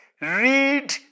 read